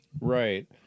right